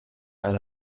eine